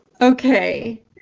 Okay